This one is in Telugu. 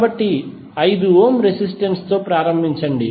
కాబట్టి 5 ఓం రెసిస్టెన్స్ తో ప్రారంభించండి